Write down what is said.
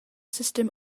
system